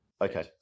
Okay